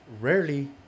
rarely